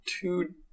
two